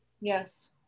Yes